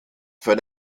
für